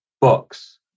books